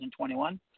2021